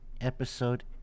Episode